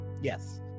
Yes